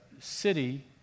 city